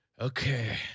Okay